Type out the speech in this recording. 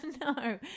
No